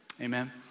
Amen